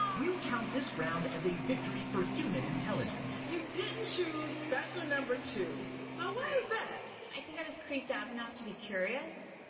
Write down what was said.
we'll count this round as a victory for human intelligence. you didn't choose bachelor number two. now, why is that? right. i think i was creeped out enough to be curious.